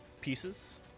pieces